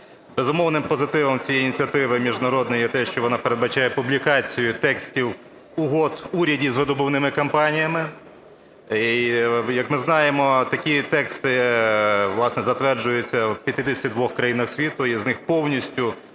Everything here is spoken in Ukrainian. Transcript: Безумовним позитивом цієї ініціативи міжнародної є те, що вона передбачає публікацію текстів угод урядів з видобувними компаніями, і, як ми знаємо, такі тексти власне затверджуються в 52-х країнах світу. Із них повністю